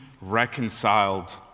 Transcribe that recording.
reconciled